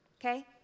okay